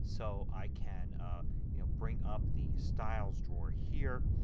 so i can ah you know bring up the style drawer here.